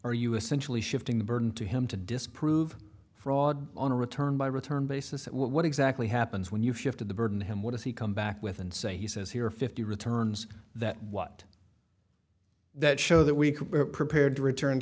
are you essentially shifting the burden to him to disprove fraud on a return by return basis what exactly happens when you've shifted the burden to him what does he come back with and say he says here fifty returns that what that show that we prepared return